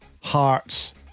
Hearts